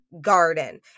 garden